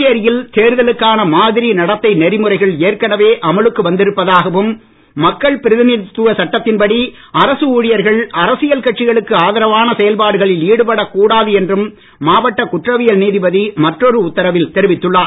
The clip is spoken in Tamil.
புதுச்சேரியில் தேர்தலுக்கான மாதிரி நடத்தை நெறிமுறைகள் ஏற்கனவே அமலுக்கு வந்திருப்பதாகவும் மக்கள் பிரதிநிதித்துவ சட்டத்தின்படி அரசு ஊழியர்கள் அரசியல் கட்சிகளுக்கு ஆதரவான செயல்பாடுகளில் ஈடுபடக் கூடாது என்றும் மாவட்ட குற்றவியல் நீதிபதி மற்றொரு உத்தரவில் தெரிவித்துள்ளார்